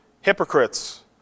hypocrites